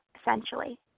essentially